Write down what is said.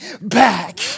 back